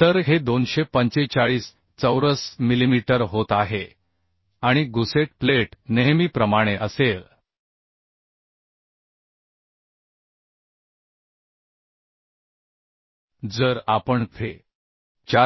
तर हे 245 चौरस मिलिमीटर होत आहे आणि गुसेट प्लेट नेहमीप्रमाणे असेल जर आपण Fe